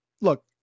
look